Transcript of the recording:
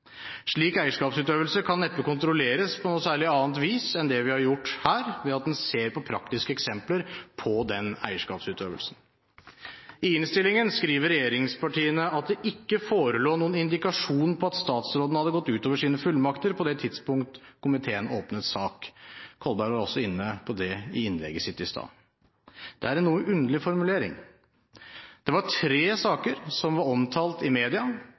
Slik eierskapsutøvelse kan neppe kontrolleres på noe særlig annet vis enn det vi har gjort her, ved at en ser på praktiske eksempler på den eierskapsutøvelsen. I innstillingen skriver regjeringspartiene at det ikke forelå noen indikasjon på at statsråden «hadde gått utover sine fullmakter» på det tidspunkt komiteen åpnet sak. Martin Kolberg var også inne på det i innlegget sitt i stad. Det er en noe underlig formulering. Det var tre saker som var omtalt i media,